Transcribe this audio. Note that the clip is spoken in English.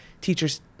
teachers